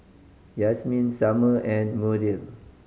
Yasmeen Summer and Muriel